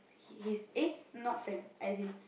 he he's eh not friend as in